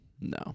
No